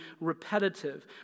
repetitive